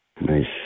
nice